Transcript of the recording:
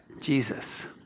Jesus